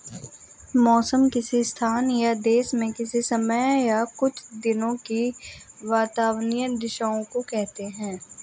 मौसम किसी स्थान या देश में किसी समय या कुछ दिनों की वातावार्नीय दशाओं को कहते हैं